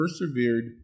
persevered